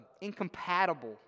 incompatible